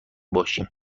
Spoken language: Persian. باشیم